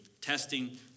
testing